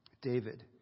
David